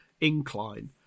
incline